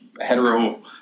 hetero